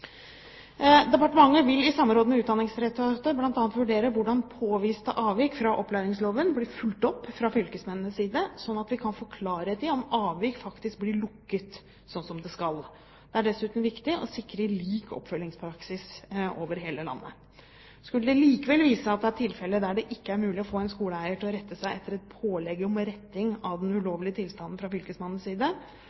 samråd med Utdanningsdirektoratet bl.a. vurdere hvordan påviste avvik fra opplæringsloven blir fulgt opp fra fylkesmennenes side, slik at vi kan få klarhet i om saker om avvik faktisk blir lukket slik som de skal. Det er dessuten viktig å sikre lik oppfølgingspraksis over hele landet. Skulle det likevel vise seg at det er tilfeller der det ikke er mulig å få en skoleeier til å rette seg etter et pålegg fra Fylkesmannens side om retting av den